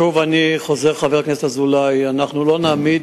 שוב אני חוזר, חבר הכנסת אזולאי, אנו לא נעמוד,